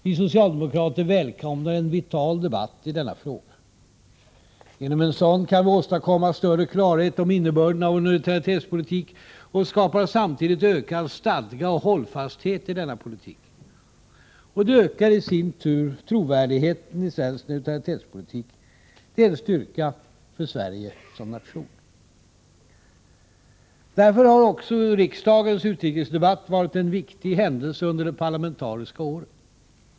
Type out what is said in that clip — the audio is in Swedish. Vi socialdemokrater välkomnar en vital debatt i denna fråga. Genom en sådan kan vi åstadkomma större klarhet om innebörden av vår neutralitetspolitik och samtidigt skapa ökad stadga och hållfasthet i denna politik. Detta ökar i sin tur trovärdigheten i svensk neutralitetspolitik. Det är en styrka för Sverige som nation. Därför har också riksdagens utrikesdebatt varit en viktig händelse under det parlamentariska året.